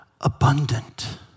abundant